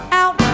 out